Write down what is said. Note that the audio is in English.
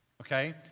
okay